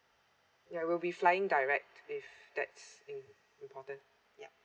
ya we'll be flying direct if that's im~ important yeah